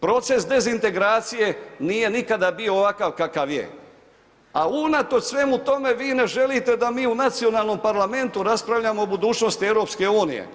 Proces dezintegracije nije nikada bio ovakav kakav je, a unatoč svemu tomu vi ne želite da mi u nacionalnom parlamentu raspravljamo o budućnosti EU.